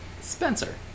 spencer